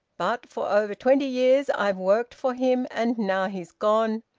but for over twenty years i've worked for him, and now he's gone,